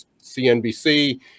CNBC